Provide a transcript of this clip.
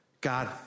God